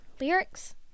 Lyric's